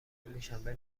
میشم، به